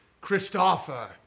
Christopher